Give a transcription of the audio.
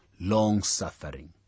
long-suffering